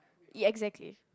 ya exactly